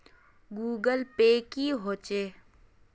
Google Pay की होचे?